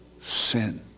sin